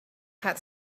had